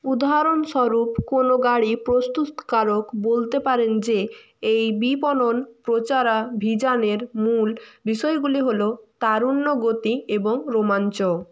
উদাহরণস্বরূপ কোনো গাড়ি প্রস্তুতকারক বলতে পারেন যে এই বিপণন প্রচারাভিযানের মূল বিষয়গুলি হলো তারুণ্য গতি এবং রোমাঞ্চ